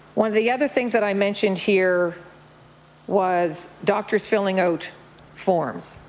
one of the other things that i mentioned here was doctors filling out forms,